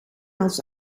als